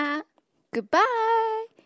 Goodbye